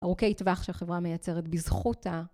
ארוכי טווח שחברה מייצרת בזכות ה...